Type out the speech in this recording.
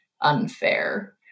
unfair